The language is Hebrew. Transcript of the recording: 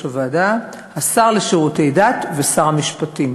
הוועדה השר לשירותי דת ושר המשפטים.